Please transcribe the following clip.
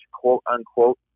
quote-unquote